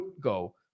go